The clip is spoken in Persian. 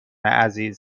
عزیز